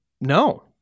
No